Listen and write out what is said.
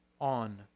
on